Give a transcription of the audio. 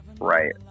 Right